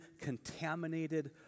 contaminated